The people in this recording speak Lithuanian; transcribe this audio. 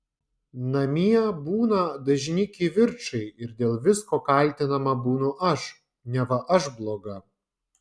namie būna dažni kivirčai ir dėl visko kaltinama būnu aš neva aš bloga